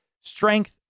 strength